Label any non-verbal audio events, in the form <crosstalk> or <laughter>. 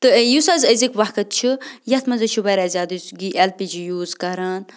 تہٕ یُس حظ أزیُک وقت چھِ یَتھ منٛز حظ چھِ واریاہ زیادٕ یُس <unintelligible> اٮ۪ل پی جی یوٗز کَران